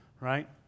right